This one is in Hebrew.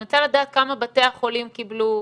אני רוצה לדעת כמה בתי החולים קיבלו,